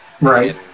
Right